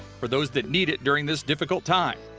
for those that need it during this difficult time.